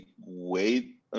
wait